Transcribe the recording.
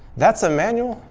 that's a manual?